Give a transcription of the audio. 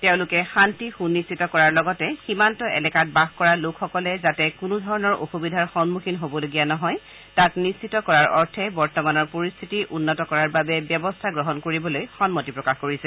তেওঁলোকে শান্তি সুনিশ্চিত কৰাৰ লগতে সীমান্ত এলেকাত বাস কৰা লোকসকলে যাতে কোনো ধৰণৰ অসুবিধাৰ সন্মুখীন হবলগীয়া নহয় তাক নিশ্চিত কৰাৰ অৰ্থে বৰ্তমানৰ পৰিস্থিতি উন্নত কৰাৰ বাবে ব্যৱস্থা গ্ৰহণ কৰিবলৈ সন্মতি প্ৰকাশ কৰিছে